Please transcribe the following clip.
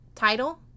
Title